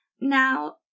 Now